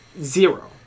Zero